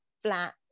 flat